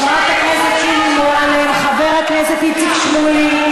חברת הכנסת שולי מועלם, חבר הכנסת איציק שמולי.